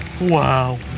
Wow